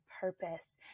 purpose